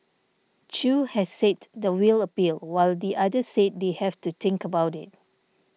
Chew has said the will appeal while the other said they have to think about it